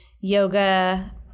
yoga